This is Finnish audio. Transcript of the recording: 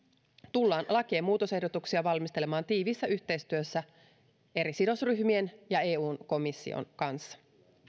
tullaan lakien muutosehdotuksia valmistelemaan tiiviissä yhteistyössä eri sidosryhmien ja eun komission kanssa